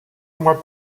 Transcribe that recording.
mois